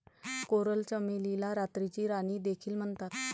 coral चमेलीला रात्रीची राणी देखील म्हणतात